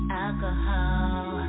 alcohol